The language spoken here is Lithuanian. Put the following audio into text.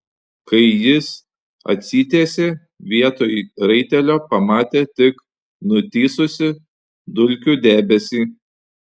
kai jis atsitiesė vietoj raitelio pamatė tik nutįsusį dulkių debesį